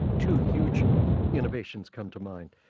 two huge innovations come to mind.